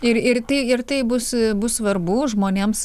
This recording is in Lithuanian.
ir ir tai ir tai bus bus svarbu žmonėms